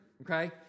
Okay